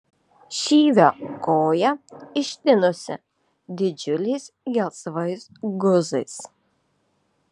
šyvio koja ištinusi didžiuliais gelsvais guzais